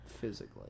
physically